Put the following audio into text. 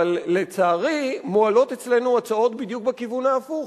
אבל לצערי מועלות אצלנו הצעות בדיוק בכיוון ההפוך,